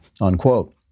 Unquote